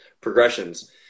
progressions